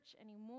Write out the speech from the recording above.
anymore